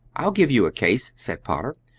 i'll give you a case, said potter,